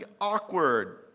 awkward